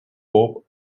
pop